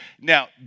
Now